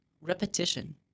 repetition